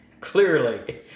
clearly